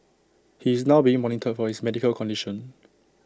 he is now being monitored for his medical condition